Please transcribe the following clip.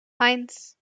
eins